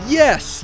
yes